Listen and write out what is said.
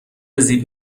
زیپ